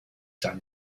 done